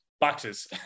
boxes